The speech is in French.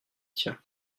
tien